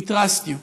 We trust you.